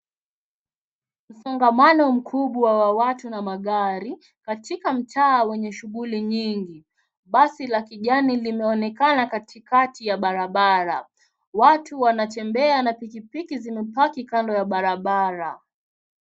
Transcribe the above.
Msongamano mkubwa wa watu na magari, katika mtaa wenye shughuli nyingi. Basi la kijani linaonekana katikati ya barabara. Watu wanatembea na pikipiki zimepaki kando ya barabara.